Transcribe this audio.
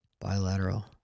Bilateral